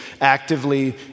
actively